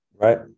Right